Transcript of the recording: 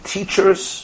Teachers